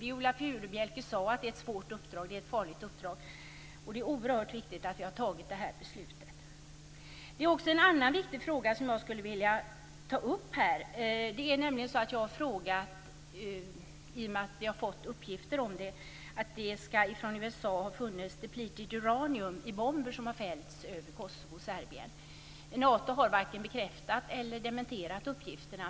Viola Furubjelke sade att det är ett svårt och farligt uppdrag, och det är viktigt att vi har fattat det här beslutet. Det finns också en annan viktig fråga som jag skulle vilja ta upp. Vi har fått uppgifter om att det från USA skall ha funnits depleted uranium i bomber som har fällts över Kosovo och Serbien. Nato har varken bekräftat eller dementerat uppgifterna.